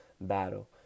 battle